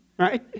right